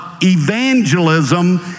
evangelism